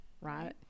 right